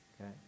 okay